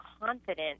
confident